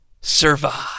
survive